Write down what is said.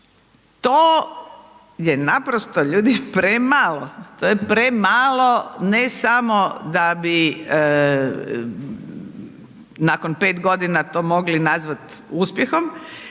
To je naprosto ljudi, premalo. To je premalo, ne samo da bi nakon 5 godina to mogli nazvati uspjehom,